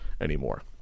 anymore